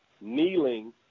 kneeling